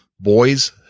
Boys